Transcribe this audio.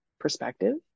perspective